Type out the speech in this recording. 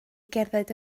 gerdded